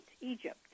Egypt